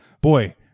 boy